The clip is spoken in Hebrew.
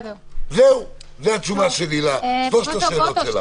זהו, זאת התשובה שלי לשלוש השאלות שלך.